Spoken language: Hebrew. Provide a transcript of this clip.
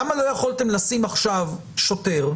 למה לא יכולתם לשים עכשיו שוטר.